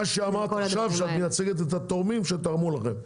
מה שאמרת עד עכשיו זה שאת מייצגת את התורמים שתרמו לכם.